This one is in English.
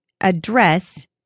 address